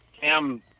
cam